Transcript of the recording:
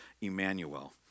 Emmanuel